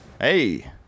Hey